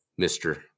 Mr